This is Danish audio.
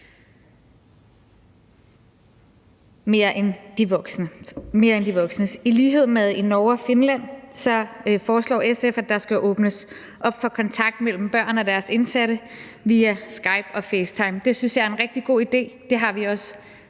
foreslår, at der i lighed med i Norge og Finland skal åbnes op for kontakt mellem børn og deres indsatte forældre via Skype og Facetime. Det synes jeg er en rigtig god idé. Det har vi også